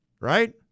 Right